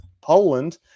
Poland